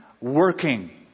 working